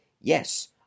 yes